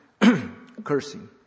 cursing